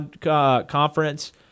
conference